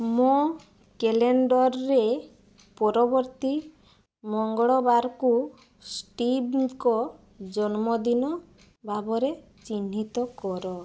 ମୋ କ୍ୟାଲେଣ୍ଡରରେ ପରବର୍ତ୍ତୀ ମଙ୍ଗଳବାରକୁ ଷ୍ଟିଭ୍ଙ୍କ ଜନ୍ମଦିନ ଭାବରେ ଚିହ୍ନିତ କର